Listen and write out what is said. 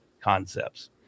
concepts